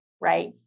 right